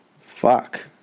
fuck